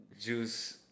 juice